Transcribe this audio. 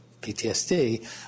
PTSD